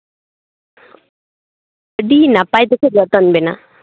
ᱟᱹᱰᱤ ᱱᱟᱯᱟᱭ ᱛᱮᱠᱚ ᱡᱚᱛᱚᱱ ᱵᱮᱱᱟ